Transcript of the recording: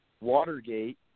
Watergate